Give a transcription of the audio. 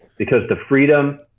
because the freedom.